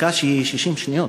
דקה שהיא 60 שניות.